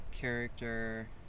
character